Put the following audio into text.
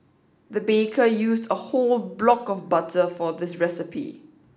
the baker used a whole block of butter for this recipe